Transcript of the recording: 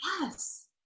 Yes